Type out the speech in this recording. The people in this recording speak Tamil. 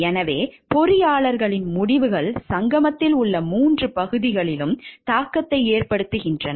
எனவே பொறியாளர்களின் முடிவுகள் சங்கமத்தில் உள்ள 3 பகுதிகளிலும் தாக்கத்தை ஏற்படுத்துகின்றன